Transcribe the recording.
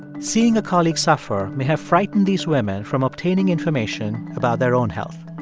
seeing a colleague suffer may have frightened these women from obtaining information about their own health